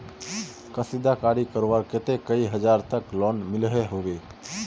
कशीदाकारी करवार केते कई हजार तक लोन मिलोहो होबे?